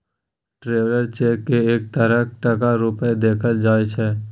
traveller cheque केँ एक तरहक टका रुपेँ देखल जाइ छै